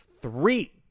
three